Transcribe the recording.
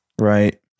Right